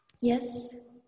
Yes